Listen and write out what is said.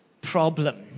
problem